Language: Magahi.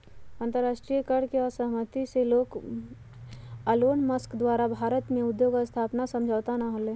अंतरराष्ट्रीय कर पर असहमति से एलोनमस्क द्वारा भारत में उद्योग स्थापना समझौता न होलय